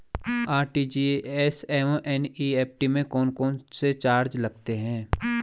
RTGS एवं NEFT में कौन कौनसे चार्ज लगते हैं?